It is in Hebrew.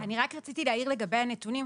רציתי להעיר לגבי הנתונים.